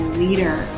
leader